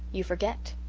you forget,